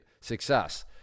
success